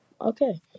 Okay